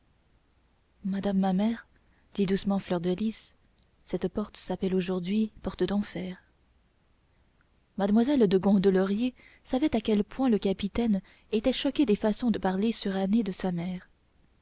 madame ma mère dit doucement fleur de lys cette porte s'appelle aujourd'hui porte d'enfer mademoiselle de gondelaurier savait à quel point le capitaine était choqué des façons de parler surannées de sa mère